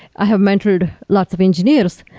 i have mentored lots of engineers,